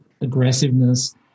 aggressiveness